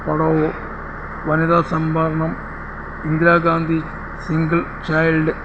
പഡാവോ വനിതാ സംവരണം Indira Gandhi single child